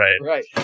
Right